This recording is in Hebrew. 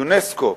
אונסק"ו,